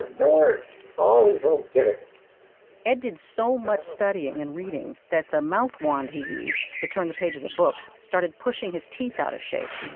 there were all these little gimmicks ed did so much studying and reading, that the mouth-wand he used to turn the pages of books started pushing his teeth out of shape